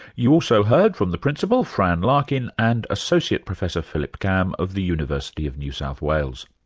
you also heard from the principal, fran larkin and associate professor philip cam of the university of new south wales.